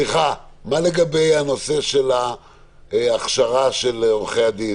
מה לגבי הנושא של הכשרה של עורכי הדין?